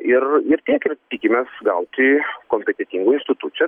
ir ir tiek ir tikimės gauti kompetentingų institucijų